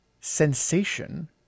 sensation